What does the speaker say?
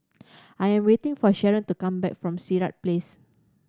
I am waiting for Sherron to come back from Sirat Place